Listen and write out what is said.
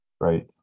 Right